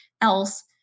else